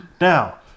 Now